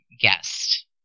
guest